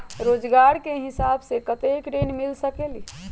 रोजगार के हिसाब से कतेक ऋण मिल सकेलि?